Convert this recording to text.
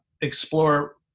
explore